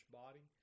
body